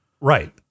right